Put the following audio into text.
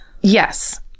Yes